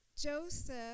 Joseph